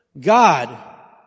God